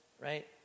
right